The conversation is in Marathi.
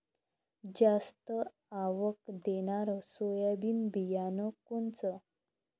जास्त आवक देणनरं सोयाबीन बियानं कोनचं?